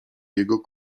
jego